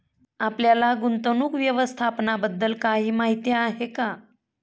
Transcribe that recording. आपल्याला गुंतवणूक व्यवस्थापनाबद्दल काही माहिती आहे का?